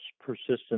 persistent